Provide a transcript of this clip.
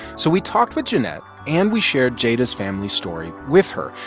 so we talked with jeanette, and we shared jada's family story with her.